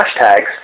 hashtags